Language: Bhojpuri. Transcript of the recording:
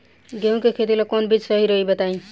गेहूं के खेती ला कोवन बीज सही रही बताई?